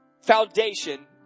foundation